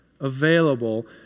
available